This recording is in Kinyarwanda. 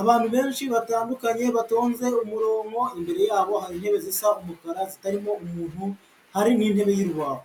Abantu benshi batandukanye batonze umurongo, imbere yabo hari intebe zisa umukara zitarimo umuntu, hari n'intebe y'urubaho,